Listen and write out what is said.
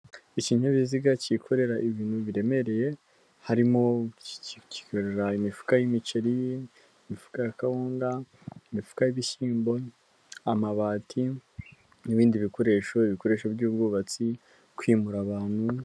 Ikinyabiziga cyikorera ibintu biremereye, harimo kikorera imifuka y'imiceri, imifuka ya kawunga, imifuka y'ibishyimbo, amabati n'ibindi bikoresho, ibikoresho by'ubwubatsi, kwimura abantu.